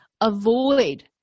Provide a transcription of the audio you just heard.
Avoid